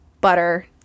butter